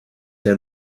der